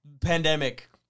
Pandemic